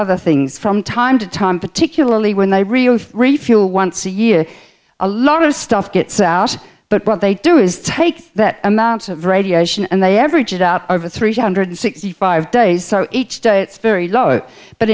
other things from time to time particularly when they refuel once a year a lot of stuff gets out but what they do is take that amount of radiation and they average it out over three hundred sixty five days each day it's very low